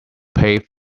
paved